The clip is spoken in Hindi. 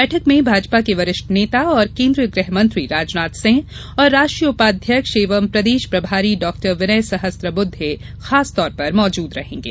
बैठक में भाजपा के वरिष्ठ नेता और केन्द्रीय गृह मंत्री राजनाथ सिंह और राष्ट्रीय उपाध्यक्ष एवं प्रदेश प्रभारी डॉक्टर विनय सहस्रबुद्धे खासतौर पर मौजूद रहेंगे